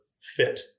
fit